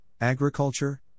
agriculture